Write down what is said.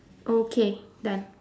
okay done